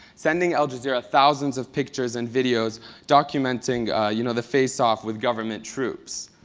sending al jazeera thousands of pictures and videos documenting, you know, the faceoff with government troops.